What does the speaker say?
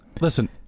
Listen